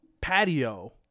patio